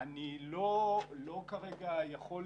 אני רוצה